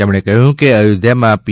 તેમણે કહ્યું કે અયોધ્યામાં પી